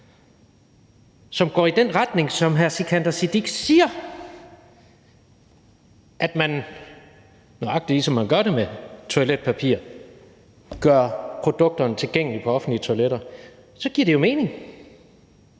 som går i den retning, at man, som hr. Sikandar Siddique siger, nøjagtig som man gør det med toiletpapir, gør produkterne tilgængelige på offentlige toiletter, så giver det jo mening,